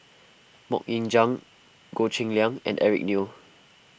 Mok Ying Jang Goh Cheng Liang and Eric Neo